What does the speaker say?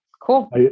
cool